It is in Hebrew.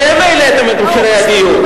אתם העליתם את מחירי הדיור.